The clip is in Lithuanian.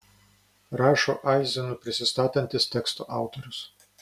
rašo aizenu prisistatantis teksto autorius